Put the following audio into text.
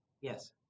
Yes